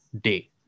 Day